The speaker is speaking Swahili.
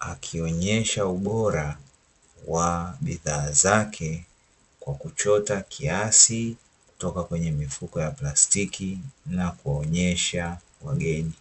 akionyesha ubora wa bidhaa zake, kwa kuchota kiasi kutoka kwenye mifuko ya plastiki na kuwaonyesha wageni.